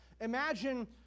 Imagine